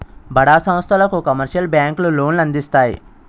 బడా సంస్థలకు కమర్షియల్ బ్యాంకులు లోన్లు అందిస్తాయి